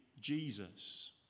Jesus